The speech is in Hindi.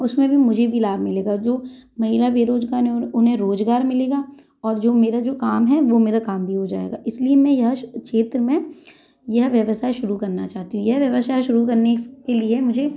उसमें भी मुझे भी लाभ मिलेगा जो महिला बेराजगार उन्हें रोजगार मिलेगा और जो मेरा जो काम है वो मेरा काम भी हो जाएगा इसलिए मैं यह क्षेत्र में यह व्यवसाय शुरू करना चाहती हूँ यह व्यवसाय शुरू करने के लिए मुझे